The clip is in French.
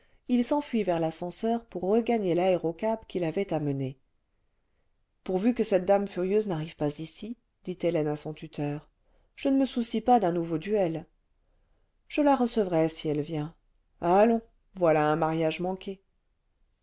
il s'enfuit vers l'ascenseur pour regagner faérocab qui l'avait amené pourvu que dette dame furieuse n'arrive pas ici dit hélène à son tuteur je ne me soucie pas d'un nouveau duel je la recevrai si elle vient allons voilà un mariage manqué